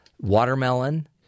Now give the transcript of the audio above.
watermelon